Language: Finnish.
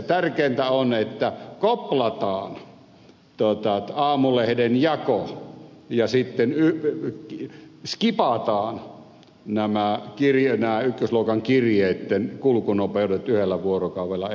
tärkeintä on että koplataan aamulehden jako ja sitten skipataan nämä ykkösluokan kirjeitten kulkunopeudet yhdellä vuorokaudella eteenpäin